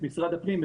את משרד הפנים,